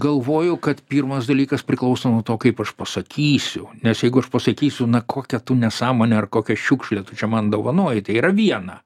galvoju kad pirmas dalykas priklauso nuo to kaip aš pasakysiu nes jeigu aš pasakysiu na kokią tu nesąmonę ar kokią šiukšlę tu čia man dovanoji tai yra viena